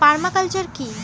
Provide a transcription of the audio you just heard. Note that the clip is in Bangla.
পার্মা কালচার কি?